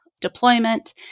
deployment